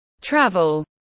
Travel